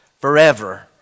forever